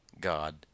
God